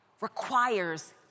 requires